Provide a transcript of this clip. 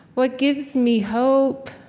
what gives me hope?